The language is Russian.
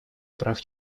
прав